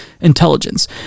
intelligence